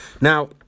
Now